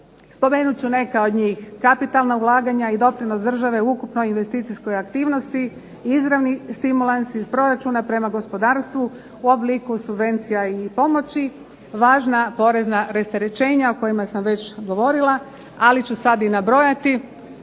Spomenut ću neka od njih. Kapitalna ulaganja i doprinos države u ukupnoj investicijskoj aktivnosti, izravni stimulansi iz proračuna prema gospodarstvu u obliku subvencija i pomoći, važna porezna rasterećenja o kojima sam već govorila, ali ću sad i nabrojati.